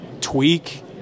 tweak